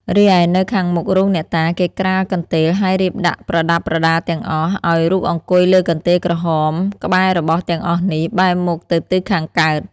រីឯនៅខាងមុខរោងអ្នកតា គេក្រាលកន្ទេល ហើយរៀបដាក់ប្រដាប់ប្រដាទាំងអស់ ឲ្យរូបអង្គុយលើកន្ទេលក្រហមក្បែររបស់ទាំងអស់នេះ បែរមុខទៅទិសខាងកើត ។